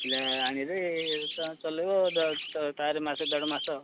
ପିଲା ଆଣିଲେ ତମେ ଚଲେଇବ ତାରି ମାସ ଦେଢ଼ମାସ